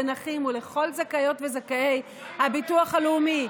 לנכים ולכל זכאיות וזכאי הביטוח הלאומי,